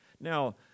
Now